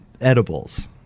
edibles